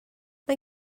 mae